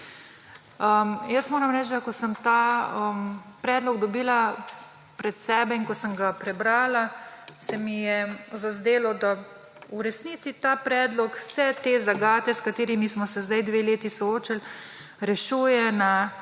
Jaz moram reči, ko sem ta predlog dobila pred sebe in ko sem ga prebrala, se mi je zazdelo, da v resnici ta predlog vse te zagate, s katerimi smo se sedaj dve leti soočali, rešuje na